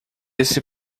esse